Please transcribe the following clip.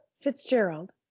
Fitzgerald